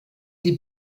sie